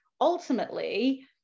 Ultimately